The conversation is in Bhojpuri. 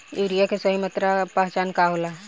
यूरिया के सही पहचान का होला?